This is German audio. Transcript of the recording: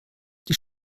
die